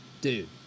dude